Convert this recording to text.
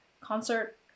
concert